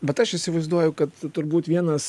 bet aš įsivaizduoju kad turbūt vienas